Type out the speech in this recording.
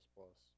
Plus